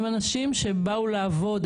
הם אנשים שבאו לעבוד.